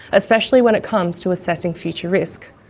especially when it comes to assessing future risk.